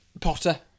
Potter